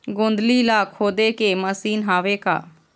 गोंदली ला खोदे के मशीन हावे का?